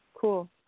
Cool